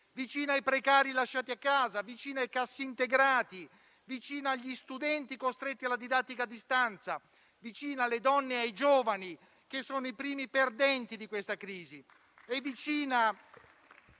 crisi: i precari lasciati a casa, i cassaintegrati, gli studenti costretti alla didattica a distanza, le donne e i giovani che sono i primi perdenti di questa crisi.